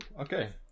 Okay